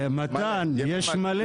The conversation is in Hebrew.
מתן, יש מלא, מלא.